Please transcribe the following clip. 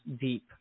deep